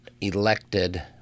elected